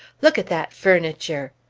look at that furniture!